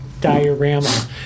diorama